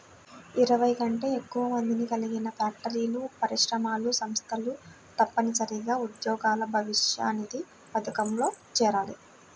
ఇరవై కంటే ఎక్కువ మందిని కలిగిన ఫ్యాక్టరీలు, పరిశ్రమలు, సంస్థలు తప్పనిసరిగా ఉద్యోగుల భవిష్యనిధి పథకంలో చేరాలి